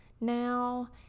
now